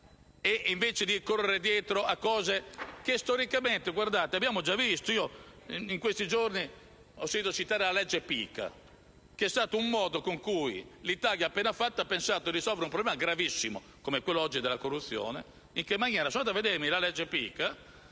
invece di correre dietro a cose che storicamente abbiamo già visto? In questi giorni ho sentito citare la legge Pica, che è stata un modo con cui l'Italia appena fatta ha pensato di risolvere un problema gravissimo, come quello odierno della corruzione: ma in che maniera? Oggi sono andato a rileggermi la legge Pica